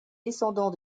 descendants